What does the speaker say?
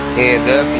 and